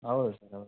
ಹೌದು ಸರ್ ಹೌದು